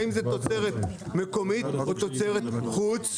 האם זאת תוצרת מקומית או תוצרת חוץ,